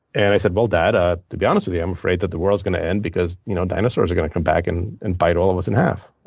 and i said, well, dad, ah to be honest with you, i'm afraid that the world is going to end because you know dinosaurs are going to come back and and bite all of us in half.